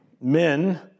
men